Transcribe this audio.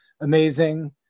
amazing